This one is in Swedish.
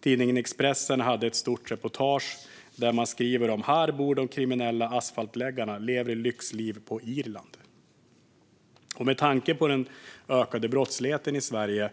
Tidningen Expressen hade ett stort reportage där man skrev om var de kriminella asfaltsläggarna bodde och att de levde lyxliv på Irland. Med tanke på den ökade brottsligheten i Sverige